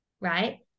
right